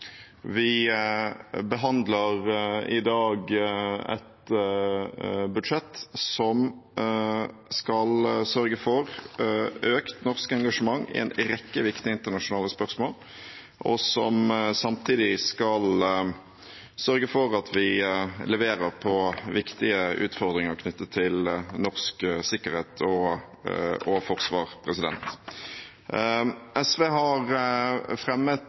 Vi behandler i dag et budsjett som skal sørge for økt norsk engasjement i en rekke viktige internasjonale spørsmål, og som samtidig skal sørge for at vi leverer på viktige utfordringer knyttet til norsk sikkerhet og forsvar. SV